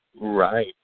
right